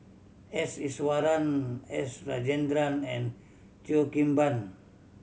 S Iswaran S Rajendran and Cheo Kim Ban